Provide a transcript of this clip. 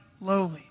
lowly